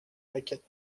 maquette